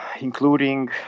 including